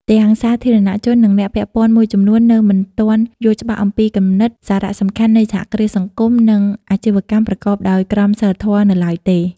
ទាំងសាធារណជន និងអ្នកពាក់ព័ន្ធមួយចំនួននៅមិនទាន់យល់ច្បាស់អំពីគំនិត សារៈសំខាន់នៃសហគ្រាសសង្គម និងអាជីវកម្មប្រកបដោយក្រមសីលធម៌នៅឡើយទេ ។